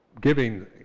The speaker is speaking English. giving